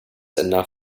enough